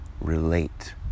relate